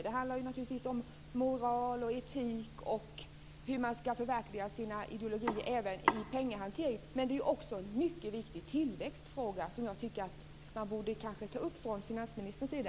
Det handlar naturligtvis om moral och etik och om hur man skall förverkliga sina ideologier även i fråga om penninghantering. Det här är också en mycket viktig tillväxtfråga som jag nog tycker borde tas upp från finansministerns sida.